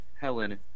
Helen